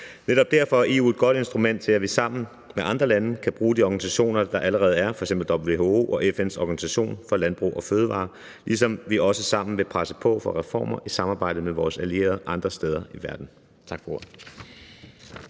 Netop derfor er EU et godt instrument til, at vi sammen med andre lande kan bruge de organisationer, der allerede er, f.eks. WHO og FN's organisation for landbrug og fødevarer, ligesom vi også sammen vil presse på for reformer i samarbejde med vores allierede andre steder i verden.